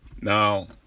Now